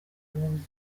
burundi